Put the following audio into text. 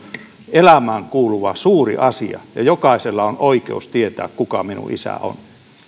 elämään kuuluva suuri asia ja jokaisella on oikeus tietää kuka minun isäni on